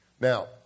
Now